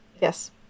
Yes